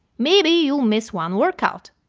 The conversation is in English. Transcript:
maybe you'll miss one workout,